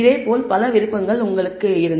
இதேபோல் பல விருப்பங்கள் உங்களுக்கு உள்ளன